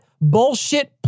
bullshit